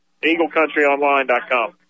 EagleCountryOnline.com